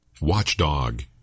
watchdog